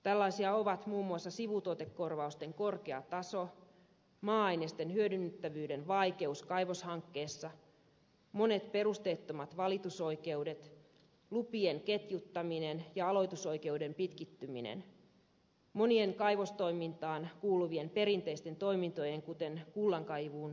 tällaisia ovat muun muassa sivutuotekorvausten korkea taso maa ainesten hyödynnettävyyden vaikeus kaivoshankkeessa monet perusteettomat valitusoikeudet lupien ketjuttaminen ja aloitusoikeuden pitkittyminen monien kaivostoimintaan kuuluvien perinteisten toimintojen kuten kullankaivun syrjiminen